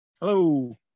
Hello